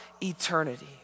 eternity